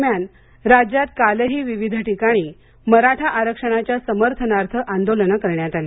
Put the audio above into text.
दरम्यान राज्यात कालही विविध ठिकाणी मराठा आरक्षणाच्या समर्थनार्थ आंदोलनं करण्यात आली